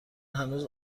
هنوز